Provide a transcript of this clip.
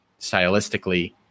stylistically